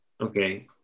Okay